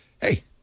hey